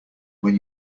when